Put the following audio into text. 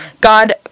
God